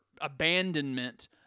abandonment